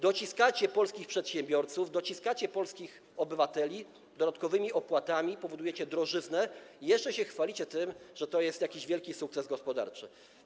Dociskacie polskich przedsiębiorców, dociskacie polskich obywateli dodatkowymi opłatami, powodujecie drożyznę i jeszcze się chwalicie tym, że to jest jakiś wielki sukces gospodarczy.